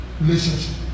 relationship